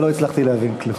ולא הצלחתי להבין כלום.